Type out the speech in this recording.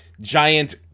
giant